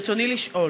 ברצוני לשאול: